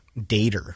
dater